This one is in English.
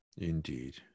indeed